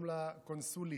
שלום לקונסולית.